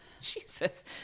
Jesus